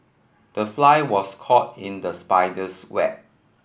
the fly was caught in the spider's web